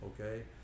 okay